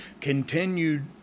continued